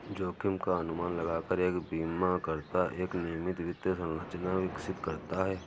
जोखिम का अनुमान लगाकर एक बीमाकर्ता एक नियमित वित्त संरचना विकसित करता है